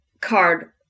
card